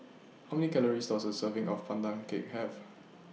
How Many Calories Does A Serving of Pandan Cake Have